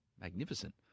Magnificent